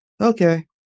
Okay